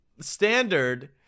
standard